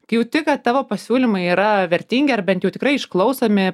kai jauti kad tavo pasiūlymai yra vertingi ar bent jau tikrai išklausomi